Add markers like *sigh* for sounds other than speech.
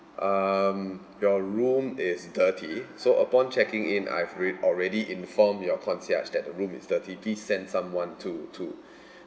um your room is dirty so upon checking in I've rea~ already informed your concierge that the room is dirty please send someone to to *breath*